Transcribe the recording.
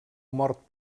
mort